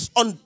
on